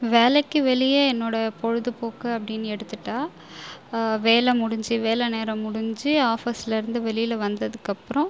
வேலைக்கு வெளியே என்னோடய பொழுதுபோக்கு அப்படின்னு எடுத்துட்டால் வேலை முடிஞ்சு வேலை நேரம் முடிஞ்சு ஆஃபஸில் இருந்து வெளியில் வந்ததுக்கு அப்புறம்